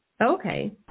Okay